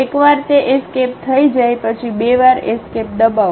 એકવાર તે એસ્કેપ થઈ જાય પછી બે વાર એસ્કેપ દબાવો